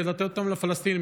ולתת אותה לפלסטינים,